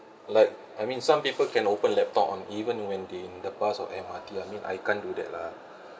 like I mean some people can open laptop on even when they in the bus or M_R_T I mean I can't do that lah